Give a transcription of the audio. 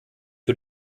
für